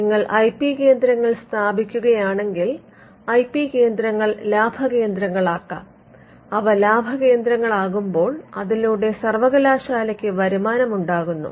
നിങ്ങൾ I P കേന്ദ്രങ്ങൾ സ്ഥാപിക്കുകയാണെങ്കിൽ ഐ പി കേന്ദ്രങ്ങൾ ലാഭകേന്ദ്രങ്ങളാകാം അവ ലാഭകേന്ദ്രങ്ങളാകുമ്പോൾ അതിലൂടെ സർവകലാശാലയ്ക്ക് വരുമാനം ഉണ്ടാകുന്നു